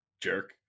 Jerk